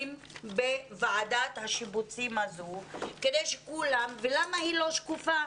בוועדת השיבוצים הזו ולמה היא לא שקופה.